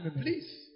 Please